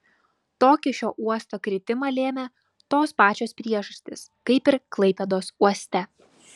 tokį šio uosto kritimą lėmė tos pačios priežastys kaip ir klaipėdos uoste